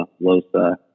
LOSA